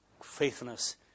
faithfulness